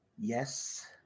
yes